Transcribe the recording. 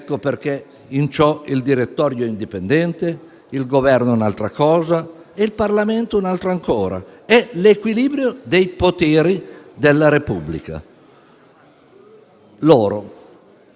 che il direttorio è indipendente, il Governo è un'altra cosa e il Parlamento un'altra ancora: è l'equilibrio dei poteri della Repubblica. L'oro